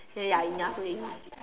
then ya enough already